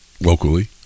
locally